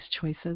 choices